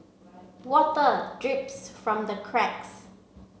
water drips from the cracks